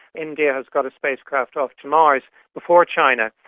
india has got a spacecraft off to mars before china.